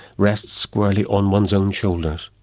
rests squarely on one's own shoulders,